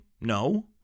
No